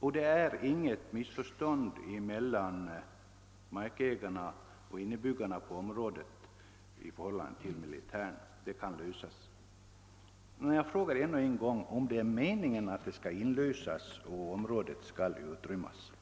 mellan å ena sidan militärerna och å andra sidan markägare och andra invånare i området några missförstånd, som inte kan uppklaras. Jag ställer ännu en gång frågan om avsikten är att fastigheterna skall inlösas och området utrymmas.